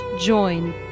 join